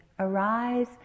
Arise